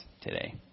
today